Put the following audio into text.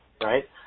right